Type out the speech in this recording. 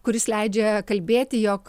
kuris leidžia kalbėti jog